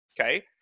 okay